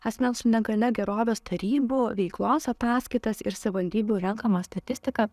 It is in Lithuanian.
asmens su negalia gerovės tarybų veiklos ataskaitas ir savivaldybių renkama statistika